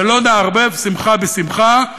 ולא נערבב שמחה בשמחה,